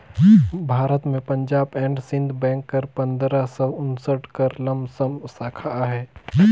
भारत में Punjab and Sindh bank कर पंदरा सव उन्सठ कर लमसम साखा अहे